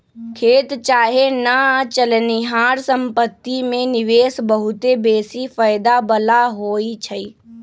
खेत चाहे न चलनिहार संपत्ति में निवेश बहुते बेशी फयदा बला होइ छइ